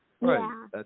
Right